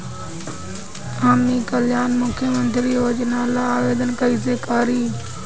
हम ई कल्याण मुख्य्मंत्री योजना ला आवेदन कईसे करी?